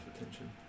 attention